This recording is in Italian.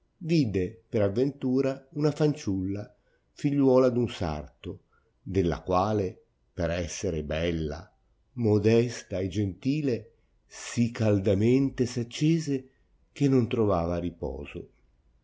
vidde per aventura una fanciulla figliuola d un sarto della quale per esser bella modesta e gentile si caldamente s'accese che non trovava riposo